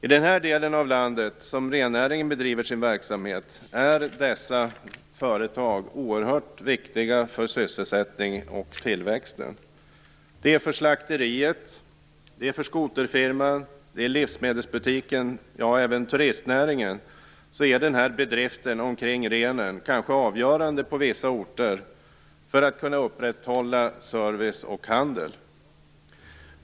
I den del av landet där rennäringen bedriver sin verksamhet är dessa företag oerhört viktiga för sysselsättningen och tillväxten. För slakteriet, skoterfirman, livsmedelsbutiken och även för turistnäringen är rennäringen kanske avgörande på vissa orter för att man skall kunna upprätthålla service och handel.